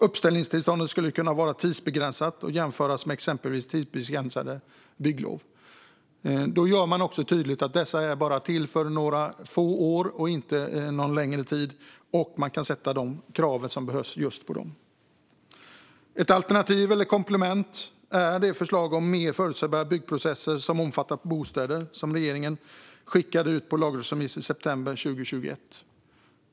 Uppställningstillståndet skulle kunna vara tidsbegränsat och jämförbart med exempelvis tidsbegränsade bygglov. Då gör man det också tydligt att dessa moduler bara är till för några få år och inte någon längre tid, och man kan ställa de krav som behövs på just dem. Ett alternativ eller komplement är det förslag om en mer förutsägbar byggprocess som omfattar bostäder, som regeringen skickade ut på lagrådsremiss i september 2021.